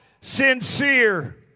sincere